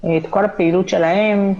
את כל הפעילות שלהם,